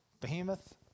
Behemoth